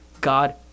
God